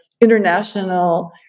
international